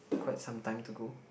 quite some time to go